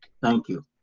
thank you.